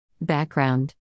Background